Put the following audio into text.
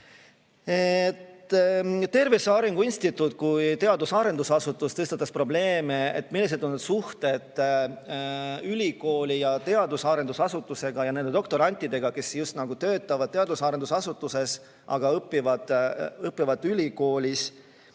Tervise Arengu Instituut kui teadus- ja arendusasutus tõstatas probleemi, millised on suhted ülikooli ja teadus- ja arendusasutusega ning nende doktorantidega, kes töötavad teadus- ja arendusasutuses, aga õpivad ülikoolis.